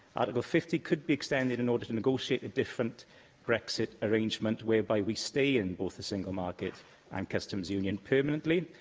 article fifty could be extended in order to negotiate a different brexit arrangement whereby we stay in both the single market and um customs union permanently,